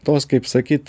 tos kaip sakyt